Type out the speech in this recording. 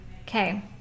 Okay